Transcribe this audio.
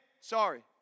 sorry